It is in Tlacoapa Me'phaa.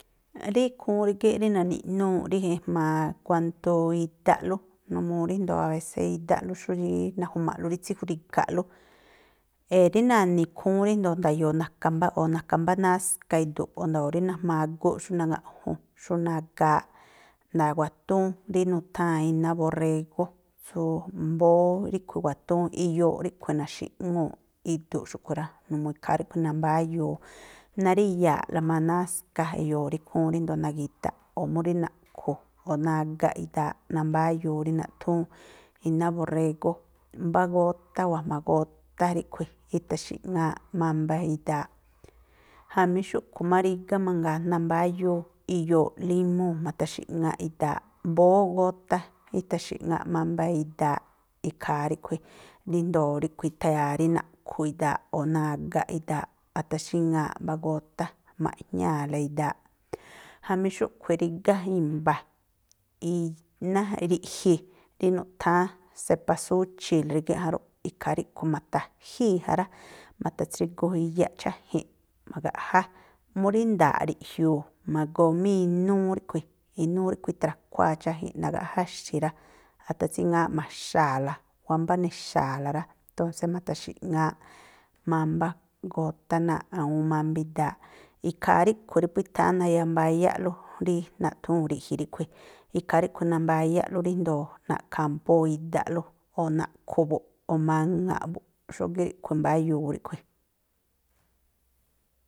Rí ikhúún rígíꞌ, rí na̱ni̱ꞌnúúꞌ rí ejmaa kuanto idaꞌlú, numuu ríjndo̱o avésé idaꞌlú xú rí naju̱ma̱ꞌlú rí tsíjri̱ga̱ꞌlú, rí na̱ni̱ ikhúún ríndo̱o nda̱yo̱o̱ mbáꞌ o̱ na̱ka̱ mbá náska idu̱ꞌ o̱ nda̱yo̱o̱ rí najmaguꞌ xú naŋaꞌjun, xú nagaaꞌ, na̱wa̱túún rí nutháa̱n iná borrégó, tsú mbóó ríꞌkhui̱ i̱wa̱túún, iyooꞌ ríꞌkhui̱ na̱xi̱ꞌŋúu̱ꞌ idu̱ꞌ xúꞌkhui̱ rá, numuu ikhaa ríꞌkhui̱ nabáyuu, naríya̱a̱ꞌla má náska e̱yo̱o̱ rí ikhúún ríndo̱o nagi̱da̱ꞌ, o̱ mú rí naꞌkhu̱ o̱ nagaꞌ idaaꞌ nambáyuu rí naꞌthúún iná borrégó. Mbá gótá o̱ a̱jma̱ gótá ríꞌkhui̱ i̱tha̱xi̱ꞌŋááꞌ mámbá idaaꞌ. Jamí xúꞌkhui̱ má rígá mangaa, nambáyuu iyooꞌ límúu̱ ma̱tha̱xi̱ŋáꞌ idaaꞌ, mbóó gótá ítha̱xi̱ꞌŋáꞌ mámbá idaaꞌ, ikhaa ríꞌkhui̱ ríndo̱o ríꞌkhui̱ i̱tha̱ya̱a rí naꞌkhu̱ idaaꞌ o̱ nagaꞌ idaaꞌ, athaxíŋa̱aꞌ mbá gótá maꞌjñáa̱la idaaꞌ. Jamí xúꞌkhui̱ rígá i̱mba̱ iná ri̱ꞌji̱ rí nuꞌtháán sepasúchi̱l rígíꞌ járúꞌ, ikhaa ríꞌkhui̱ ma̱ta̱jíi̱ ja rá, ma̱tha̱tsrigu iyaꞌ cháji̱nꞌ, ma̱gaꞌjá, mú rí ndaaꞌ riꞌjiu̱u̱, ma̱goo má inúú ríꞌkhui̱, inúú ríꞌkhui̱ itha̱khuáá cháji̱nꞌ, nagaꞌjáxi̱ rá athatsíŋááꞌ ma̱xaa̱la, wámbá nexa̱a̱la rá, tónsé ma̱ta̱xi̱ꞌŋááꞌ mámbá gótá náa̱ꞌ awúún mámbá idaaꞌ. Ikhaa ríꞌkhui̱ rí phú i̱tháa̱n nayambáyáꞌlú rí naꞌthúu̱n ri̱ꞌji̱ ríꞌkhui̱. Ikhaa ríꞌkhui̱ nambáyáꞌlú ríjndo̱o na̱ꞌkha̱ ampóó idaꞌlú, o̱ naꞌkhu̱ buꞌ, o̱ maŋa̱ꞌ buꞌ, xógíꞌ ríꞌkhui̱ imbáyuu ríꞌkhui̱.